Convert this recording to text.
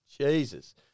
Jesus